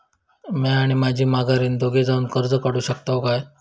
म्या आणि माझी माघारीन दोघे जावून कर्ज काढू शकताव काय?